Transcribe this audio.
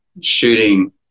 shooting